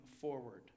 forward